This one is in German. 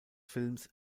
films